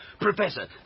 Professor